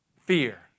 fear